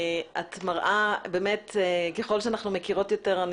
ככל שאנחנו מכירות יותר,